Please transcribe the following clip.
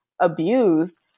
abused